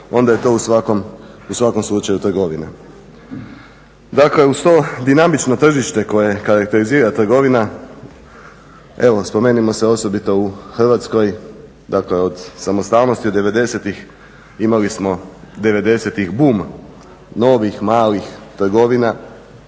onda je to u svakom slučaju trgovina. Dakle, uz to dinamično tržište koje karakterizira trgovina evo spomenimo se osobito u Hrvatskoj, dakle od samostalnosti, od devedesetih imali smo devedesetih bum novih, malih trgovina,